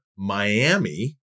Miami